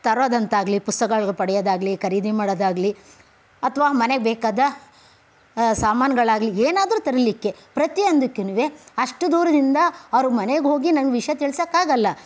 ತರೋದಂತಾಗ್ಲಿ ಪುಸ್ತಕಗಳನ್ನ ಪಡೆಯೋದಾಗಲಿ ಖರೀದಿ ಮಾಡೋದಾಗಲಿ ಅಥವಾ ಮನೆಗೆ ಬೇಕಾದ ಸಾಮಾನುಗಳಾಗಲಿ ಏನಾದ್ರೂ ತರಲಿಕ್ಕೆ ಪ್ರತಿಯೊಂದಕ್ಕೂನು ಅಷ್ಟು ದೂರದಿಂದ ಅವ್ರ ಮನೆಗೆ ಹೋಗಿ ನನ್ಗೆ ವಿಷಯ ತಿಳಿಸೋಕ್ಕಾಗಲ್ಲ